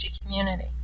community